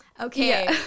okay